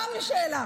סתם שאלה.